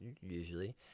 usually